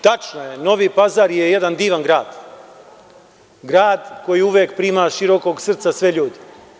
Tačno je, Novi Pazar je jedan divan grad, grad koji uvek prima širokog srca sve ljude.